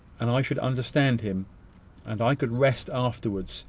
and i should understand him and i could rest afterwards,